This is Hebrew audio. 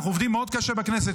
אנחנו עובדים מאוד קשה בכנסת.